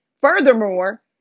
furthermore